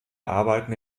arbeiten